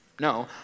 No